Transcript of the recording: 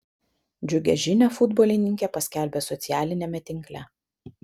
džiugią žinią futbolininkė paskelbė socialiniame tinkle